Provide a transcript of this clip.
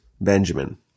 Benjamin